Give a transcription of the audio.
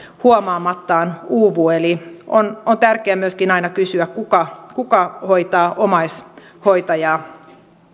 huomaamattaan uupuu eli on on tärkeää myöskin aina kysyä kuka kuka hoitaa omaishoitajaa